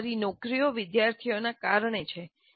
અમારી નોકરીઓ વિદ્યાર્થીઓના કારણેછે